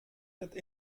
wird